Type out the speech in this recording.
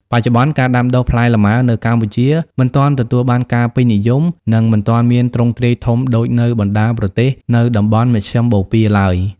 បច្ចុប្បន្ន ការដាំដុះផ្លែលម៉ើនៅកម្ពុជាមិនទាន់ទទួលបានការពេញនិយម និងមិនទាន់មានទ្រង់ទ្រាយធំដូចនៅបណ្ដាប្រទេសនៅតំបន់មជ្ឈិមបូព៌ាឡើយ។